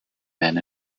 men